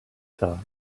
thought